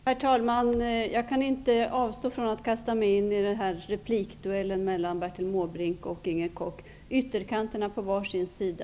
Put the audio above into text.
Herr talman! Jag kan inte avstå från att kasta mig in i duellen mellan Bertil Måbrink och Inger Koch, ytterkanterna på var sin sida.